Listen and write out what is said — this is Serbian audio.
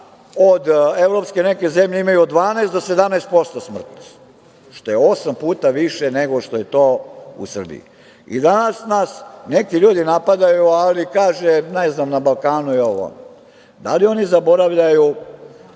evropske neke zemlje imaju od 12 do 17% smrtnost, što je osam puta više nego što je to u Srbiji.I danas nas neki ljudi napadaju, ali kaže – ne znam, na Balkanu je ovo, ono. Da li oni zaboravljaju